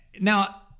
Now